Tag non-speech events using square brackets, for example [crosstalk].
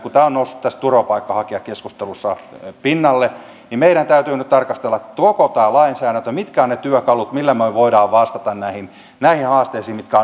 kun tämä on noussut tässä turvapaikanhakijakeskustelussa pinnalle niin meidän täytyy nyt tarkastella koko tämä lainsäädäntö mitä ovat ne työkalut millä me me voimme vastata näihin näihin haasteisiin mitkä [unintelligible]